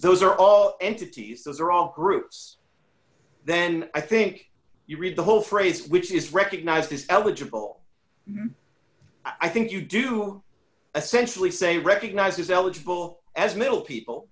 those are all entities those are all groups then i think you read the whole phrase which is recognized as eligible i think you do essentially say recognizes eligible as middle people